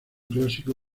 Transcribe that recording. clásico